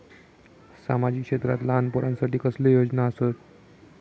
सामाजिक क्षेत्रांत लहान पोरानसाठी कसले योजना आसत?